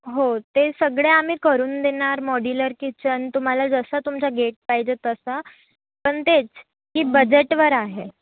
हो ते सगळे आम्ही करून देणार मॉड्युलर किचन तुम्हाला जसं तुमचं गेट पाहिजे तसा पण तेच की बजेटवर आहे